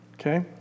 okay